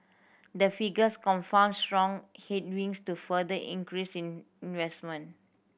the figures confounded strong headwinds to further increase in investment